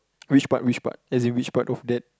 which part which part as in which part of that